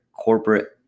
corporate